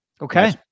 Okay